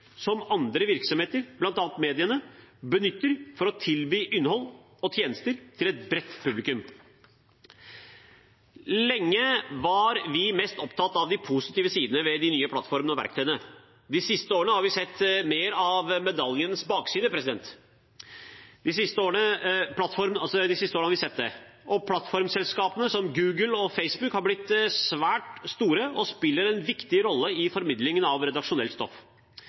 som andre virksomheter, bl.a. mediene, benytter for å tilby innhold og tjenester til et bredt publikum. Lenge var vi mest opptatt av de positive sidene ved de nye plattformene og verktøyene. De siste årene har vi sett mer av medaljens bakside. Plattformselskapene, som Google og Facebook, har blitt svært store og spiller en viktig rolle i formidlingen av redaksjonelt stoff.